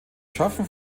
schaffen